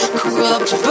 corrupt